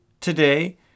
today